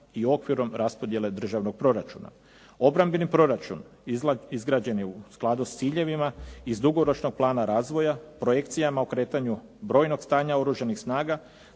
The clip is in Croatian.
i okvirom raspodjele državnog proračuna. Obrambeni proračun izgrađen je u skladu s ciljevima iz dugoročnog plana razvoja, projekcijama okretanju brojnog stanja oružanih snaga,